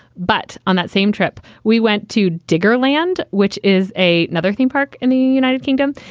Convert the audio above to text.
but on that same trip, we went to digger land, which is a another theme park in the united kingdom.